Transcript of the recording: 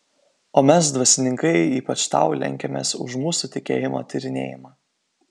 o mes dvasininkai ypač tau lenkiamės už mūsų tikėjimo tyrinėjimą